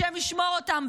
השם ישמור אותם,